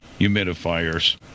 humidifiers